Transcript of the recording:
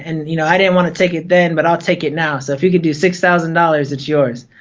and you know i didn't wanna take it then but i'll take it now. so if you could do six thousand dollars, it's yours.